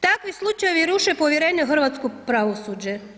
Takvi slučajevi ruše povjerenje u hrvatsko pravosuđe.